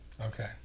Okay